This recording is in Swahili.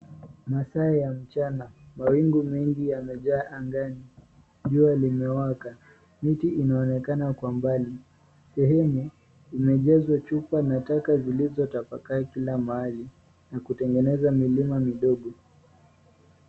Masaa ya mchana, mawingu mengi yamejaa angani, jua limewaka. Miti inaonekana kwa mbali. Sehemu imejazwa chupa na taka zilizotapakaa kila mahali na kutengeneza milima midogo.